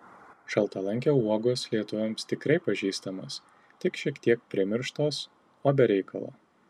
šaltalankio uogos lietuviams tikrai pažįstamos tik šiek tiek primirštos o be reikalo